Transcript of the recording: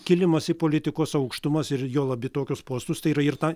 kilimas į politikos aukštumas ir juolab į tokius postus tai yra ir ta